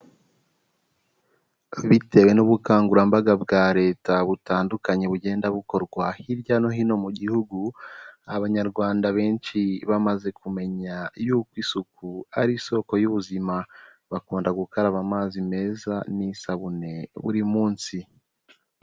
Bitewe n'ubukangurambaga bwa leta butandukanye bugenda bukorwa, hirya no hino mu gihugu, Abanyarwanda benshi bamaze kumenya yuko isuku ari isoko y'ubuzima, bakunda gukaraba amazi meza n'isabune buri munsi.